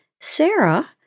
Sarah